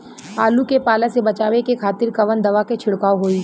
आलू के पाला से बचावे के खातिर कवन दवा के छिड़काव होई?